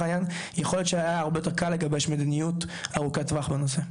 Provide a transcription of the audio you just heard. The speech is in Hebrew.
יכול להיות שהיה הרבה יותר קל לגבש מדיניות ארוכת טווח בנושא.